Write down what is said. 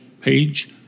page